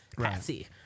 Patsy